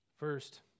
First